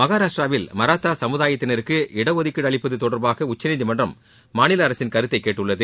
மகாராஷ்டிராவில் மராத்தா சமுதாயத்தினருக்கு இடஒதுக்கீடு அளிப்பது தொடர்பாக உச்சநீதிமன்றம் மாநில அரசின் கருத்தை கேட்டுள்ளது